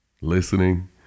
listening